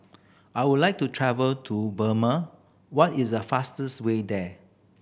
I would like to travel to Burma what is the fastest way there